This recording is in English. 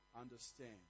understand